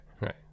Right